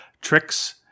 tricks